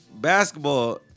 Basketball